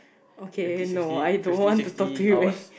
okay no I don't want to talk to you and